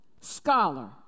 scholar